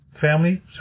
family